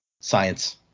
science